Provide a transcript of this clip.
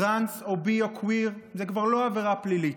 טרנס או בי או קוויר זה כבר לא עבירה פלילית.